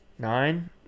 nine